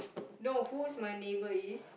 know who's my neighbour is